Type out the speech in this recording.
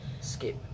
skip